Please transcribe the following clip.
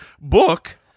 book